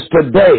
today